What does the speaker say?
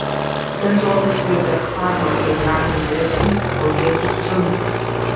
bendrovės biotechfarma generaliniu direktoriumi tapo giedrius žunda